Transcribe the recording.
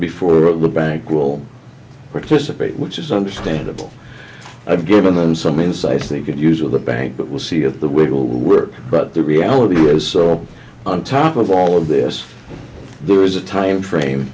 before the bank will participate which is understandable i've given them some insights they could use of the bank but will see it that will work but the reality is on top of all of this there is a time frame